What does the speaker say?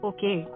Okay